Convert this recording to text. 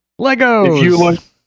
Legos